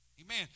Amen